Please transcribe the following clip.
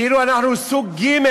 כאילו אנחנו סוג ג'